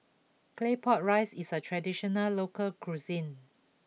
Claypot Rice is a traditional local cuisine